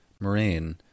Moraine